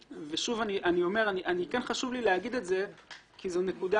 כן חשוב לי לומר את זה כי זו נקודה